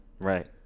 Right